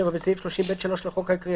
תיקון סעיף 30 7. בסעיף 30(ב)(3) לחוק העיקרי,